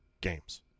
games